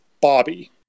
Bobby